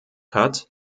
hat